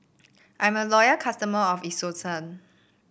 I'm a loyal customer of Isocal